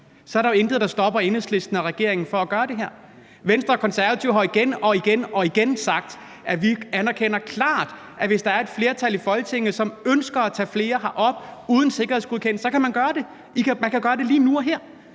2: Der er jo intet, der stopper Enhedslisten og regeringen i at gøre det her. Venstre og Konservative har jo igen og igen sagt, at vi klart anerkender, at hvis der er et flertal i Folketinget, som ønsker at tage flere herop uden sikkerhedsgodkendelse, så kan man gøre det; man kan gøre det lige nu og her.